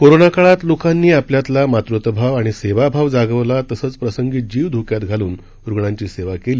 करोनाकाळात लोकांनी आपल्यातला मातृत्वभावआणि सेवा भाव जागवला तसंच प्रसंगी जीव धोक्यात घालून रुग्णांची सेवा केली